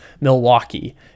Milwaukee